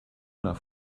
nach